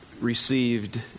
received